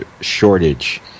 shortage